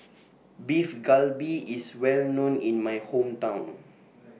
Beef Galbi IS Well known in My Hometown